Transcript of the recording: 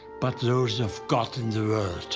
but those of god in the world.